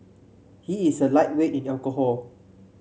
he is a lightweight in alcohol